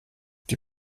die